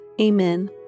Amen